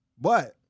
But-